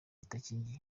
idakingiye